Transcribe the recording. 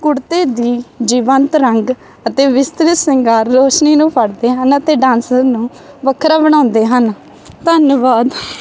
ਕੁੜਤੇ ਦੀ ਜੀਵੰਤ ਰੰਗ ਅਤੇ ਵਿਸਤ੍ਰਿਤ ਸ਼ਿੰਗਾਰ ਰੌਸ਼ਨੀ ਨੂੰ ਫੜਦੇ ਹਨ ਅਤੇ ਡਾਂਸਰ ਨੂੰ ਵੱਖਰਾ ਬਣਾਉਂਦੇ ਹਨ ਧੰਨਵਾਦ